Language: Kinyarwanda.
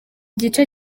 gice